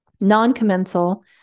non-commensal